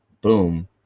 boom